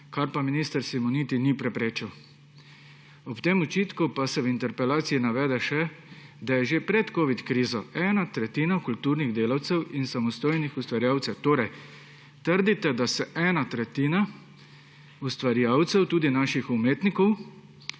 česar pa minister Simoniti ni preprečil. Ob tem očitku se v interpelaciji navede še, da je že pred covid krizo ena tretjina kulturnih delavcev in samostojnih ustvarjalcev, torej trdite, da je ena tretjina ustvarjalcev, tudi naših umetnikov